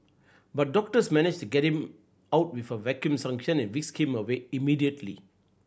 but doctors managed to get him out with a vacuum suction and whisked him away immediately